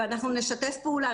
ואנחנו נשתף פעולה.